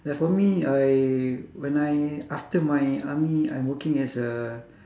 ya for me I when I after my army I'm working as a